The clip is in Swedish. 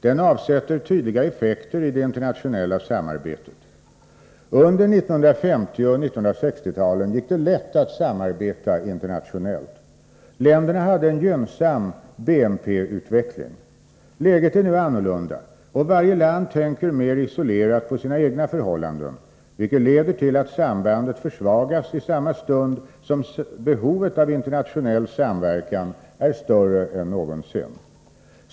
Den avsätter tydliga effekter i det internationella samarbetet. Under 1950 och 1960-talen gick det lätt att samarbeta internationellt. Länderna hade en gynnsam BNP-utveckling. Läget är nu annorlunda, och varje land tänker mer isolerat på sina egna förhållanden, vilket leder till att samarbetet försvagas i samma stund som behovet av internationell samverkan är större än någonsin.